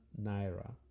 naira